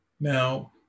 Now